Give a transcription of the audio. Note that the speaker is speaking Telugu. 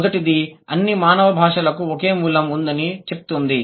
మొదటిది అన్ని మానవ భాషలకు ఒకే మూలం ఉందని చెప్తుంది